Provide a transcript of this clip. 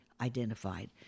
identified